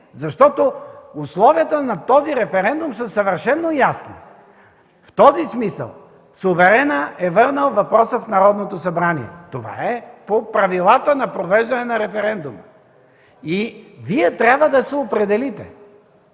защото условията на този референдум са съвършено ясни. В този смисъл суверенът е върнал въпроса в Народното събрание – това е по правилата на провеждане на референдума. Вие трябва да се определите,